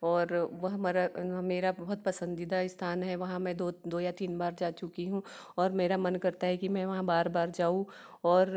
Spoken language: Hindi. और वह मरा मेरा बहुत पसंदीदा स्थान है वहाँ मैं दो या तीन बार जा चुकी हूँ और मेरा मन करता है कि मैं वहाँ बार बार जाऊँ और